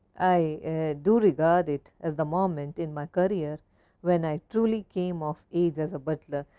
i do regard it as the moment in my career when i truly came of age as a butler.